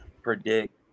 Predict